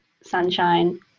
sunshine